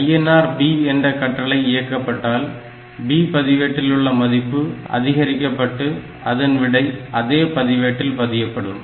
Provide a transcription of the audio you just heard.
INR B என்ற கட்டளை இயக்கப்பட்டால் B பதிவேட்டில் உள்ள மதிப்பு அதிகரிக்கப்பட்டு அதன் விடை அதே பதிவேட்டில் பதியப்படும்